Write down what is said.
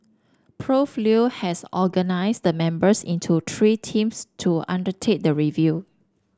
Prof Leo has organised the members into three teams to undertake the review